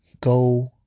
Go